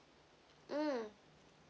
mm